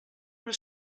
però